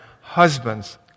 Husbands